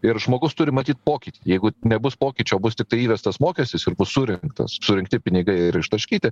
ir žmogus turi matyt pokytį jeigu nebus pokyčio o bus tiktai įvestas mokestis ir bus surinktas surinkti pinigai ištaškyti